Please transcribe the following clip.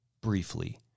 Briefly